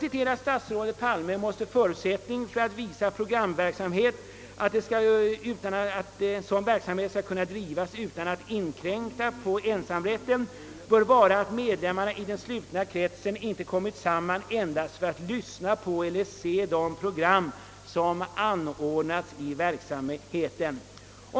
Enligt statsrådet Palme måste förutsättningen »för att viss programverksamhet skall kunna drivas utan att inkräkta på ensamrätten vara att medlemmarna i den slutna kretsen inte kommit samman endast för att lyssna på eller se program som anordnats i verksamheten».